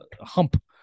hump